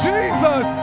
Jesus